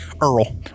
Earl